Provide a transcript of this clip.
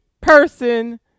person